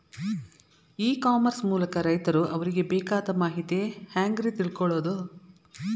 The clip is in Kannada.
ಇ ಕಾಮರ್ಸ್ ಮೂಲಕ ರೈತರು ಅವರಿಗೆ ಬೇಕಾದ ಮಾಹಿತಿ ಹ್ಯಾಂಗ ರೇ ತಿಳ್ಕೊಳೋದು?